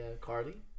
Carly